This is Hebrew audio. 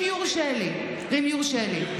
אם יורשה לי, אם יורשה לי.